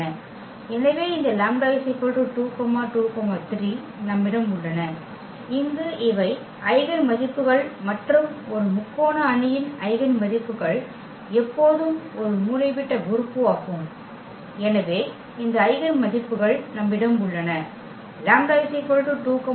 எனவே இந்த λ 2 2 3 நம்மிடம் உள்ளன இங்கு இவை ஐகென் மதிப்புக்கள் மற்றும் ஒரு முக்கோண அணியின் ஐகென் மதிப்புக்கள் எப்போதும் ஒரு மூலைவிட்ட உறுப்பு ஆகும் எனவே இந்த ஐகென் மதிப்புக்கள் நம்மிடம் உள்ளன λ 2 2 3